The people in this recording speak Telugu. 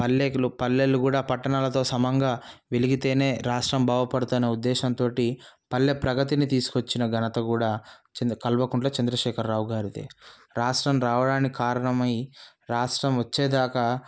పల్లెలు పల్లెలు కూడ పట్టణాలతో సమంగా వెలిగితేనే రా బాగుపడతదనే ఉద్దేశంతో పల్లె ప్రగతిని తీసుకొచ్చిన ఘనత కూడా కల్వకుంట్ల చంద్రశేఖర్ రావు గారిదే రాష్ట్రం రావడానికి కారణమై రాష్ట్రం వచ్చేదాక